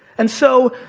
and so,